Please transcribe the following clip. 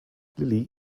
lily